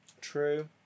True